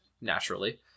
naturally